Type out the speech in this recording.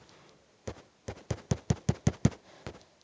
ಹಸು, ಕುರಿ, ಎಮ್ಮೆ, ಮೇಕೆ, ಹಂದಿ, ಕತ್ತೆ, ಕುದುರೆ ಇವುಗಳನ್ನು ಲೈವ್ ಸ್ಟಾಕ್ ಅಂತರೆ